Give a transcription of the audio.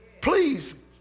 please